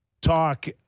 talk